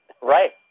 Right